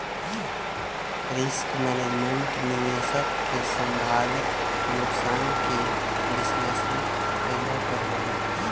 risk management, निवेशक के संभावित नुकसान के विश्लेषण कईला पर होला